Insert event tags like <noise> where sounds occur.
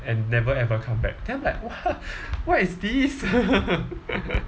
and never ever come back then I'm like what <laughs> what is this <laughs>